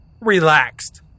relaxed